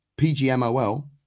PGMOL